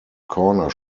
corner